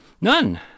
None